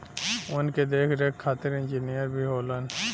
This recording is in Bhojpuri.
वन के देख रेख खातिर इंजिनियर भी होलन